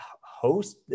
host